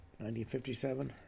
1957